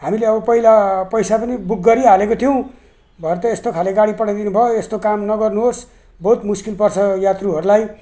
हामीले अब पहिला पैसा पनि बुक गरिहालेको थियौँ भरे त यस्तो खाले गाडी पठाइदिनु भयो यस्तो काम नगर्नुहोस् बहुत मुस्किल पर्छ यात्रीहरूलाई